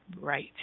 Right